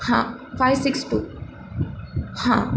हां five six two हां